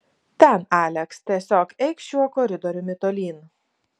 ten aleks tiesiog eik šiuo koridoriumi tolyn